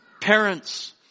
Parents